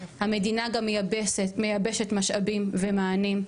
המדינה גם מייבשת משאבים ומענים,